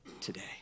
today